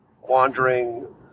wandering